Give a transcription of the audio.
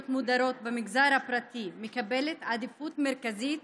מודרות במגזר הפרטי מקבלת עדיפות מרכזית